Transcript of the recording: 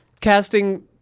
casting